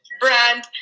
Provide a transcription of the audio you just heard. brand